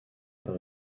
par